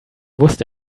wusste